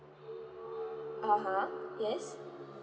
(uh huh) yes